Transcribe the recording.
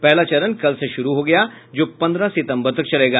पहला चरण कल से शुरू हो गया है जो पन्द्रह सितम्बर तक चलेगा